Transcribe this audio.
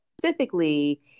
specifically